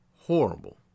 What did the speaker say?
Horrible